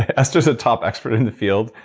esther is a top expert in the field.